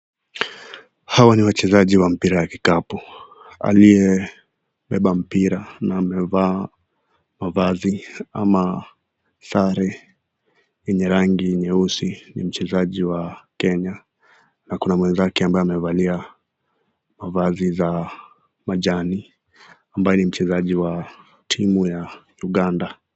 Hao ni wachezaji wa mpira wa kikapu aliyebeba mpira na amevaa mavazi ama sare yenye rangi nyeusi ni chezaji wa kenya na kuna mwenzake ambaye amevalia mavazi za kijani ambaye ni mchezaji wa timu ya uganda.